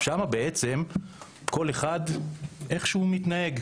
שם כל אחד איך שהוא מתנהג.